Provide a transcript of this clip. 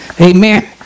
Amen